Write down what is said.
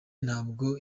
ntabwo